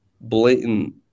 blatant